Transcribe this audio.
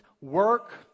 work